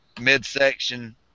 midsection